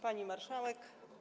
Pani Marszałek!